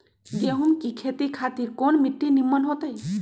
गेंहू की खेती खातिर कौन मिट्टी निमन हो ताई?